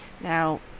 Now